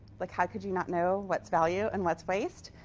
like how could you not know what's value and what's waste?